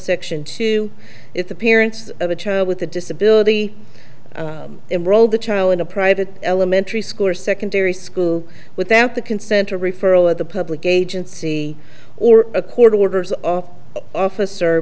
section two if the parents of a child with a disability enrolled the child in a private elementary school or secondary school without the consent or referral of the public agency or a court orders of officer